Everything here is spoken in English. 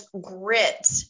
grit